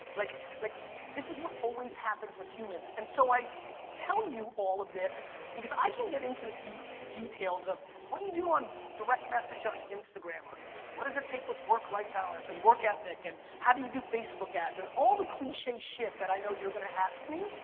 like like this is what always happens with humans and so i tell you all of this because i can get into the the details of what do you do on direct message on instagram, or what does it take with work life balance and work ethic and how do you do facebook ads and all the cliche shit that i know you're gonna ask me,